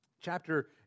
Chapter